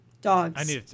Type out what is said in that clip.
Dogs